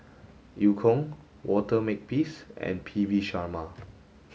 Eu Kong Walter Makepeace and P V Sharma